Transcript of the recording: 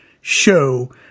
show